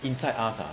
inside us ah